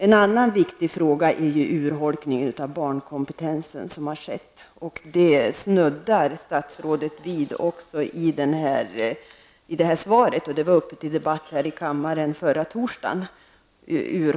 En annan viktig fråga gäller den urholkning som har skett av barnkompetensen inom barnhälsovården och socialtjänstens ansvarsområde. Bengt Lindqvist snuddar vid den frågan i sitt svar, och den var också uppe till debatt i kammaren förra torsdagen.